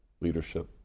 leadership